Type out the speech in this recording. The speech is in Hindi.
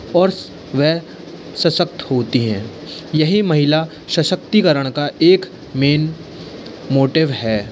और वह सशक्त होती हैं यही महिला सशक्तिकरण का एक मेन मोटिव है